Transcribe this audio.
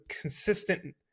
consistent